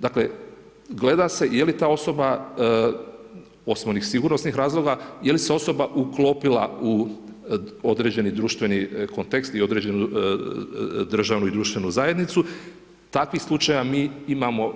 Dakle, gleda se je li ta osoba, osim onih sigurnosnih razloga, je li se osoba uklopila u određeni društveni kontekst i određenu društvenu zajednicu, takvih slučajeva imamo mi